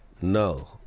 No